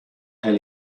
elle